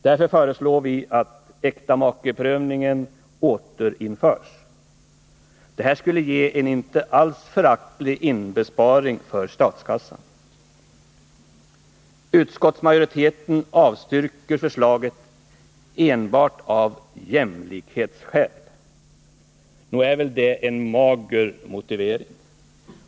Därför föreslår vi att äktamakeprövningen återinförs. Det här skulle ge en inte föraktlig inbesparing för statskassan. Utskottsmajoriteten avstyrker förslaget enbart av jämlikhetsskäl. Nog är väl det ändå en mager motivering?